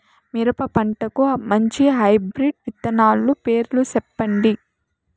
మిరప పంటకు మంచి హైబ్రిడ్ విత్తనాలు పేర్లు సెప్పండి?